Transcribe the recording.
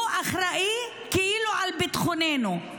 הוא אחראי כאילו לביטחוננו.